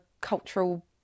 cultural